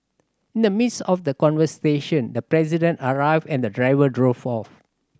in the midst of the conversation the President arrived and the driver drove off